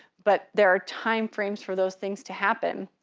but there are timeframes for those things to happen.